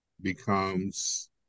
becomes